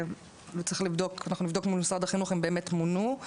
וצריך לבדוק מול משרד החינוך אם באמת מונו.